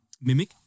mimic